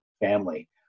family